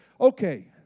okay